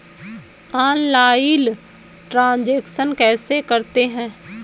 Online transaction कैसे करते हैं?